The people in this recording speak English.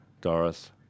Doris